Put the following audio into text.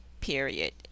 period